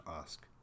ask